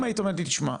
אם היית אומרת לי תשמע,